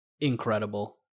Incredible